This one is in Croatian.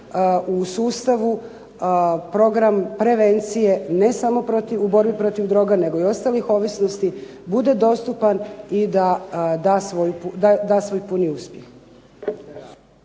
u sustavu program prevencije ne samo u borbi protiv droga nego i ostalih ovisnosti bude dostupan i da da svoj puni uspjeh.